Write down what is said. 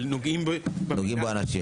אבל נוגעים בו אנשים.